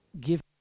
Give